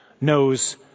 knows